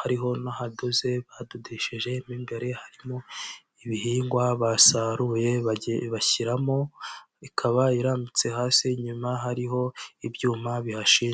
hariho n'ahadoze, bahadodesheje, mo imbere harimo ibihingwa basaruye bashyiramo, ikaba irambitse hasi, inyuma hariho ibyuma bihashinze.